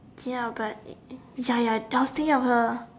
ya but ya ya doubting of her